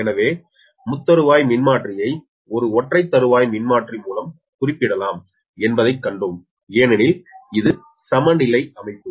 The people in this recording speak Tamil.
எனவே முத்தருவாய் மின்மாற்றி ஐ ஒரு ஒற்றை தருவாய் மின்மாற்றி மூலம் குறிப்பிடப்படலாம் என்பதைக் கண்டோம் ஏனெனில் இது சமநிலை அமைப்பு